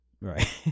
Right